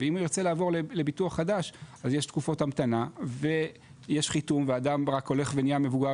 אז יש תקופות המתנה ויש חיתום ואדם רק הולך ונהיה מבוגר